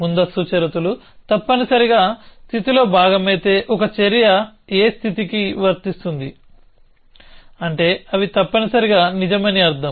ముందస్తు షరతులు తప్పనిసరిగా స్థితిలో భాగమైతే ఒక చర్య a స్థితికి వర్తిస్తుంది అంటే అవి తప్పనిసరిగా నిజమని అర్థం